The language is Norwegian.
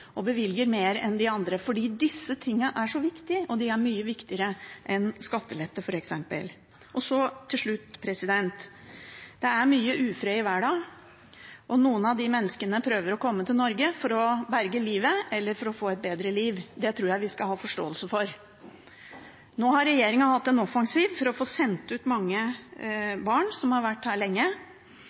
og bevilger mer enn de andre, fordi disse tingene er så viktige, og de er mye viktigere enn f.eks. skattelette. Så til slutt: Det er mye ufred i verden, og noen mennesker prøver å komme til Norge for å berge livet, eller for å få et bedre liv. Det tror jeg vi skal ha forståelse for. Nå har regjeringen hatt en offensiv for å få sendt ut mange barn som har vært her lenge.